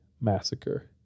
Massacre